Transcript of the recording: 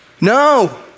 No